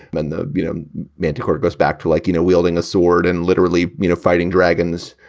then the you know manticore goes back to like, you know, wielding a sword and literally, you know, fighting dragons.